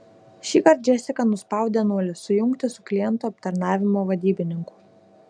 šįkart džesika nuspaudė nulį sujungti su klientų aptarnavimo vadybininku